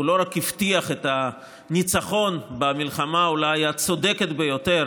לא רק הבטיח את הניצחון במלחמה אולי הצודקת ביותר